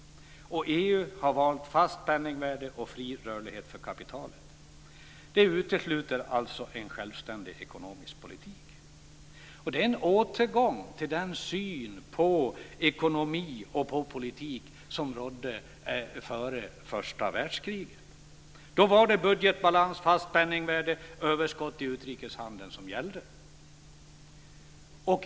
EU har valt fast penningvärde och fri rörlighet för kapitalet. Det utesluter alltså en självständig ekonomisk politik. Det är en återgång till den syn på ekonomi och politik som rådde före första världskriget. Då var det budgetbalans, fast penningvärde och överskott i utrikeshandeln som gällde.